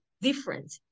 different